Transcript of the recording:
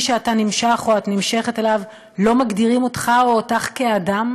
שאתה נמשך או את נמשכת אליו לא מגדירים אותךָ או אותךְ כאדם?